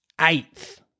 eighth